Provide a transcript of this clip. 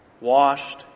washed